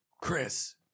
Chris